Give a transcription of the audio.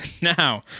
now